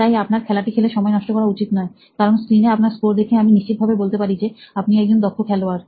তাই আপনার খেলাটি খেলে সময় নষ্ট করা উচিত নয় কারণ স্ক্রিনে আপনার স্কোর দেখলে আমি নিশ্চিত ভাবে বলতে পারি যে আপনি একজন দক্ষ খেলোয়াড়